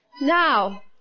Now